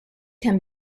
can